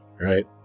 right